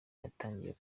yatangiye